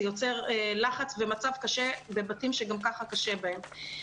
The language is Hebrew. זה יוצר לחץ ומצב קשה בבתים שגם ככה קשה בהם.